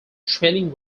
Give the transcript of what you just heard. trailing